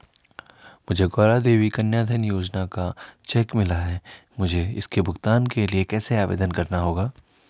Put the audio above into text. मुझे गौरा देवी कन्या धन योजना का चेक मिला है मुझे इसके भुगतान के लिए कैसे आवेदन करना होगा?